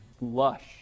lush